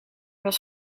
was